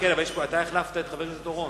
כן, אבל אתה החלפת את חבר הכנסת אורון.